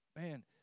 Man